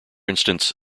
instance